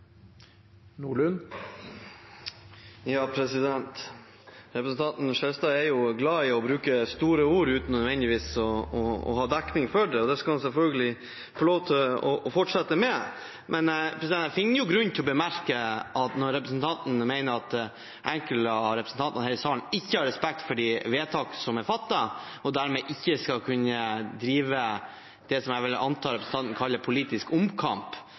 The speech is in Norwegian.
glad i å bruke store ord uten nødvendigvis å ha dekning for det, og det skal han selvfølgelig få lov til å fortsette med, men jeg finner grunn til å bemerke at når han mener at enkelte av representantene her i salen ikke har respekt for de vedtak som er fattet, og dermed ikke skal kunne drive det som jeg vil anta representanten kaller politisk omkamp,